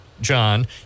John